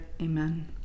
amen